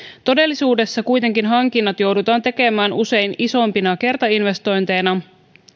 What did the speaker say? todellisuudessa kuitenkin hankinnat joudutaan tekemään usein isompina kertainvestointeina